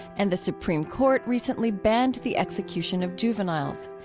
and the supreme court recently banned the execution of juveniles.